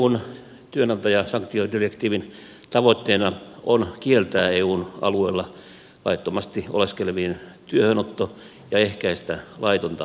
eun työnantajasanktiodirektiivin tavoitteena on kieltää eun alueella laittomasti oleskelevien työhönotto ja ehkäistä laitonta maahanmuuttoa